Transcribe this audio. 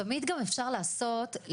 תמיד גם אפשר לעשות,